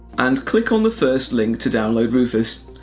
and click on the first link to download rufus.